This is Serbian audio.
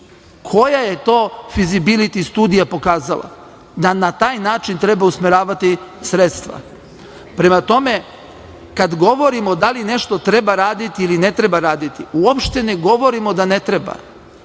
Koja je to fizibiliti studija pokazala da na taj način treba usmeravati sredstva? Prema tome, kad govorimo da li nešto treba raditi ili ne treba raditi, uopšte ne govorimo da ne treba,